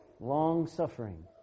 Long-suffering